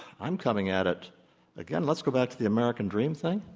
i'm coming at it again, let's go back to the american dream thing.